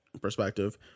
perspective